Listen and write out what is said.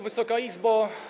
Wysoka Izbo!